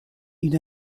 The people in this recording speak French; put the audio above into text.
une